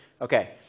Okay